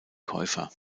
käufer